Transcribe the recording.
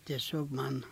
tiesiog man